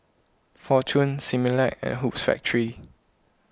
fortune Similac and Hoops Factory